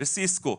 בסיסקו,